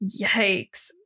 Yikes